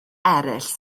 eraill